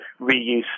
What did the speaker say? reuse